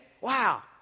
Wow